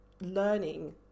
learning